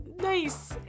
nice